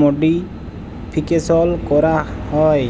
modification ক্যরা হ্যয়